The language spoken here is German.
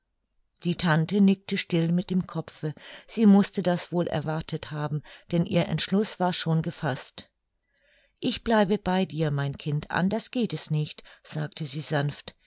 die tante nickte still mit dem kopfe sie mußte das wohl erwartet haben denn ihr entschluß war schon gefaßt ich bleibe bei dir mein kind anders geht es nicht sagte sie sanft